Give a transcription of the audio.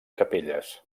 capelles